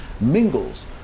mingles